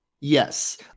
Yes